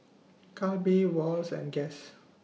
Calbee Wall's and Guess